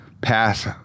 pass